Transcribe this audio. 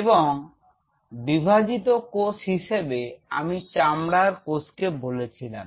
এবং বিভাজিত কোষ হিসেবে আমি চামড়ার কোষ কে বলেছিলাম